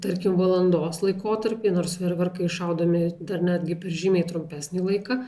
tarkim valandos laikotarpį nors fejerverkai iššaudomi dar netgi per žymiai trumpesnį laiką